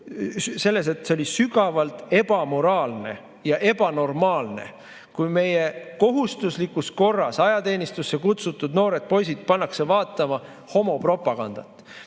selles, et see on sügavalt ebamoraalne ja ebanormaalne, kui meie kohustuslikus korras ajateenistusse kutsutud noored poisid pannakse vaatama homopropagandat. Sealt